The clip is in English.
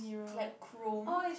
like chrome